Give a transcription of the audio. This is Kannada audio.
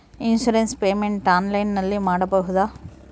ಇನ್ಸೂರೆನ್ಸ್ ಪೇಮೆಂಟ್ ಆನ್ಲೈನಿನಲ್ಲಿ ಮಾಡಬಹುದಾ?